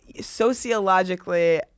sociologically